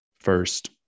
First